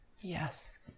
Yes